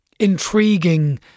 intriguing